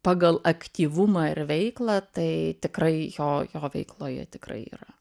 pagal aktyvumą ir veiklą tai tikrai jo jo veikloje tikrai yra